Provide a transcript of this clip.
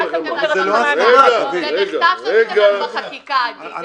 זה מחטף שעשיתם בחקיקה, זה לא ההסכמות.